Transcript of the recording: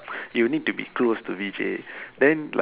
you need to be close to Vijay then